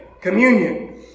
communion